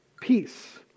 Peace